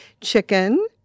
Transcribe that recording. chicken